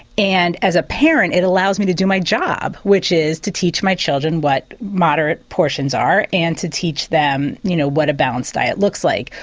and as a parent it allows me to do my job which is to teach my children what moderate portions are and to teach them you know what a balanced diet looks like.